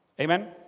Amen